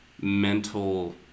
mental